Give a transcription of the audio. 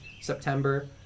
September